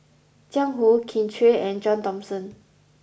Jiang Hu Kin Chui and John Thomson